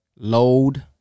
load